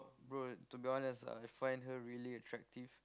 bro to be honest I find her very attractive